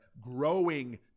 growing